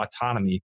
Autonomy